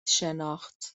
شناخت